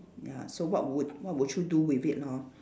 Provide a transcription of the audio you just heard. ya so what would what would you do with it lor